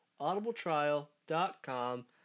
audibletrial.com